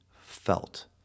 felt